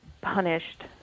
punished